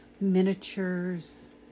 miniatures